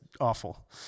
awful